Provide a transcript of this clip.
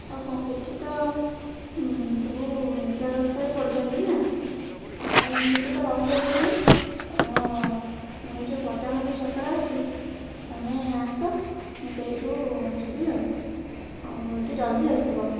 ଆଉ କଣ ଏଠି ତ ସବୁ ନିଶାଗ୍ରସ୍ତ ହେଇ ପଡ଼ିଛନ୍ତି ନା ଆଉ ହେଟି ତ ରହିପାରିଲିନି ତ ମୁଁ ପଟ୍ଟାମୁଣ୍ଡେଇ ଛକରେ ଅଛି ତମେ ଆସ ମୁଁ ସେଇଠୁ ଯିବି ଆଉ ଆଉ ଟିକେ ଜଲ୍ଦି ଆସିବ